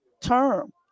term